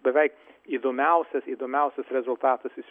beveik įdomiausias įdomiausias rezultatas iš